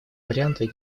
варианты